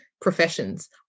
professions